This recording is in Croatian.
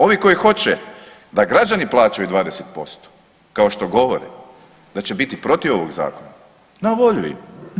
Ovi koji hoće da građani plaćaju 20% kao što govore da će biti protiv ovog zakona na volju im.